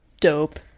dope